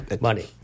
Money